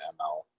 ML